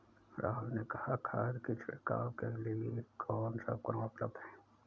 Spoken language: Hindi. राहुल ने कहा कि खाद की छिड़काव के लिए कौन सा उपकरण उपलब्ध है?